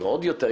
ועוד יותר,